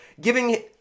giving